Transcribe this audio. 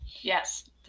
Yes